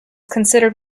considered